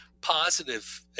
positive